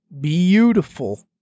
beautiful